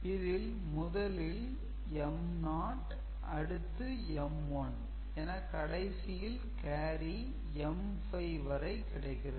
இதில் முதலில் M0 அடுத்து M1 என கடைசியில் கேரி M5 வரை கிடைக்கிறது